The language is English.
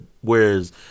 whereas